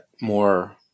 more